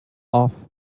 off